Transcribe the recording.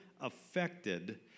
affected